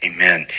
Amen